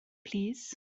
plîs